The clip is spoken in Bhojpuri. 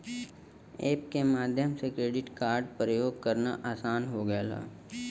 एप के माध्यम से क्रेडिट कार्ड प्रयोग करना आसान हो गयल हौ